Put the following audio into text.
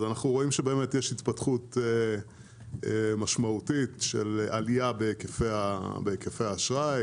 אנחנו רואים שיש התפתחות משמעותית של עלייה בהיקפי האשראי.